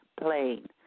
plane